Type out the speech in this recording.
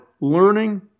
learning